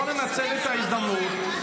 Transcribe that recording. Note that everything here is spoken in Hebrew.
בואו ננצל את ההזדמנות.